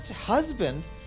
husband